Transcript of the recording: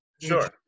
Sure